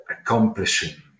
accomplishing